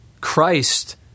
Christ